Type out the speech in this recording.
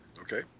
Okay